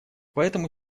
поэтому